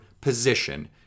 position